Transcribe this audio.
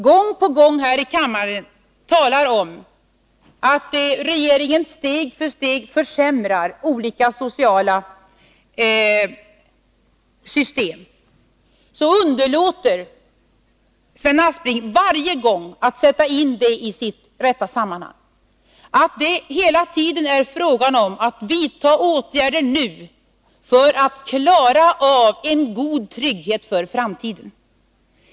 Gång på gång här i kammaren talar Sven Aspling om att regeringen steg för steg försämrar olika sociala system. Men varje gång underlåter han att sätta in det i dess rätta sammanhang. Det är ju hela tiden fråga om att nu vidta åtgärder för att klara av en god trygghet för framtiden.